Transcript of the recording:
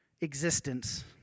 existence